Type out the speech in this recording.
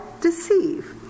deceive